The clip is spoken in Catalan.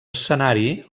escenari